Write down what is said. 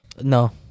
No